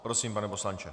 Prosím, pane poslanče.